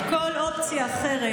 כל אופציה אחרת,